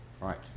Right